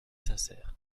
sincère